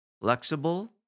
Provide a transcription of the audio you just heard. flexible